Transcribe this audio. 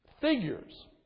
Figures